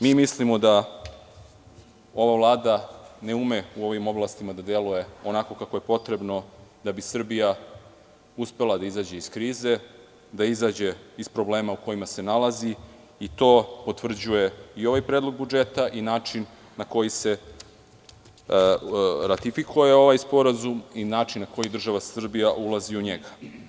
Mislimo da ova vlada ne ume u ovim oblastima da deluje onako kako je to potrebno, kako bi Srbija uspela da izađe iz krize, da izađe iz problema u kojima se nalazi i to potvrđuje i ovaj predlog budžet i način na koji se ratifikuje ovaj sporazum i način na koji država Srbija ulazi u njega.